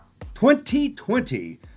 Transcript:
2020